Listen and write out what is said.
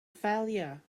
failure